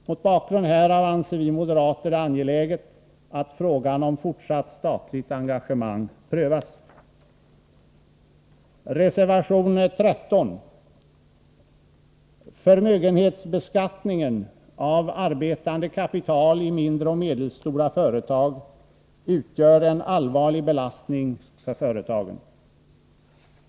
Mot bakgrund härav anser vi moderater det angeläget att frågan om fortsatt statligt engagemang prövas. Reservation 13. Förmögenhetsbeskattningen av arbetande kapital i mindre och medelstora företag utgör en allvarlig belastning för företagen.